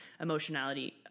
emotionality